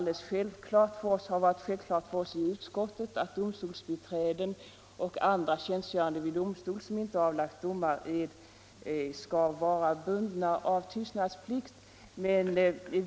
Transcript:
Det har varit alldeles självklart för oss i utskottet att domstolsbiträden och andra tjänstgörande vid domstol som inte avlagt domared skall vara bundna av tystnadsplikt.